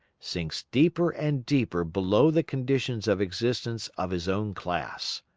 sinks deeper and deeper below the conditions of existence of his own class.